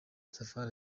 safari